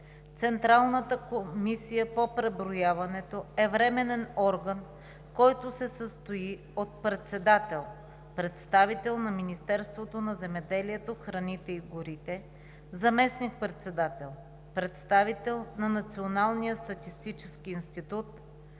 Централната комисия по преброяването е временен орган, който се състои от председател – представител на Министерството на земеделието, храните и горите, заместник-председател – представител на Националния статистически институт,